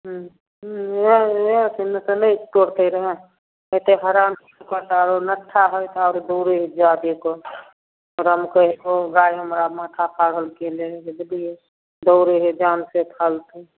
हूँ हूँ वएह वएह छै नै तऽ नै करतै रहै एत्ते हरान कऽ कऽ औरो नत्था हइ तऽ आओर दौड़ै हइ जादे कऽ रमकै हइ गाय हमरा माथा पागल केने हइ से बुझलियै दौड़ै हइ जान से फालतु